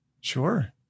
sure